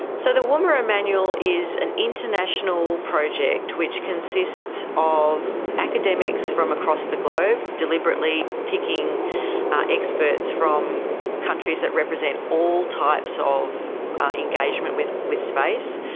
so the woomera manual is an international project which consists of academics from across the globe, deliberately picking experts from countries that represent all types of engagement with with space,